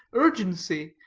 urgency,